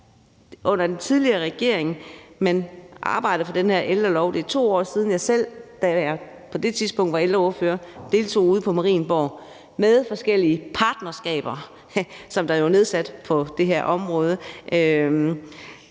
Under den tidligere regering arbejdede man på den her ældrelov. Det er 2 år siden – da var jeg på det tidspunkt ældreordfører – at jeg selv deltog ude på Marienborg med forskellige partnerskaber, som der er nedsat på det her område,